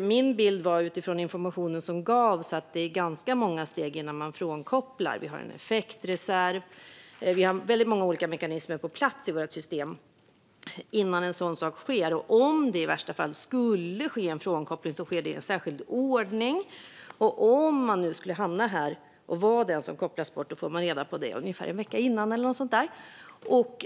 Min bild, utifrån den information som gavs, är att det är ganska många steg som tas innan man frånkopplar. Vi har en effektreserv och många andra mekanismer på plats i vårt system som kan tas till innan en sådan sak sker. Om det i värsta fall skulle ske en frånkoppling sker detta i en särskild ordning, och om man nu skulle vara den som kopplas bort får man reda på det ungefär en vecka i förväg.